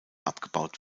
abgebaut